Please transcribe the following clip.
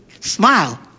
smile